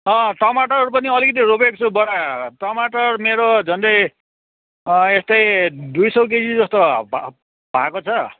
अँ टमाटरहरू पनि अलिकति रोपेको छु बडा टमाटर मेरो झन्डै यस्तै दुई सौ केजी जस्तो भए भएको छ